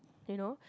you know